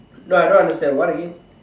no I don't understand what again